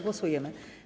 Głosujemy.